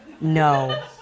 No